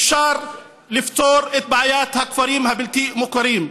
אפשר לפתור את בעיית הכפרים הבלתי-מוכרים.